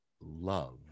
love